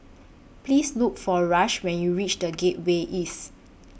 Please Look For Rush when YOU REACH The Gateway East